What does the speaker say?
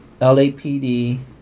LAPD